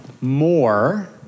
more